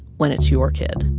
when it's your kid